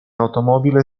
automobile